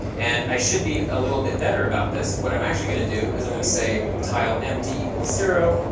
and i should be a little bit better about this. what i'm actually going to do is i'm going to say tile empty zero,